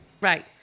Right